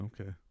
okay